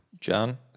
John